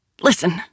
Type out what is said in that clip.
Listen